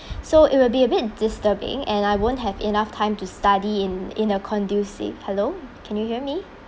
so it will be a bit disturbing and I won't have enough time to study in in a conducive hello can you hear me